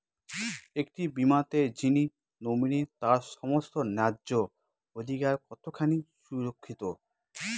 একটি বীমাতে যিনি নমিনি তার সমস্ত ন্যায্য অধিকার কতখানি সুরক্ষিত?